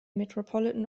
metropolitan